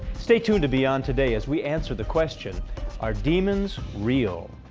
stay tuned to beyond today as we answer the question are demons real?